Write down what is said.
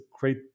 great